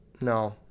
no